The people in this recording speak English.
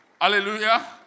hallelujah